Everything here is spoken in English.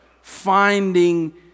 finding